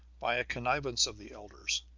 by a connivance of the elders,